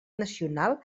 nacional